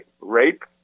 rape